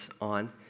on